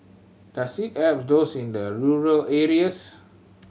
does it help those in the rural areas